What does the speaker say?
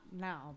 now